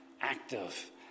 active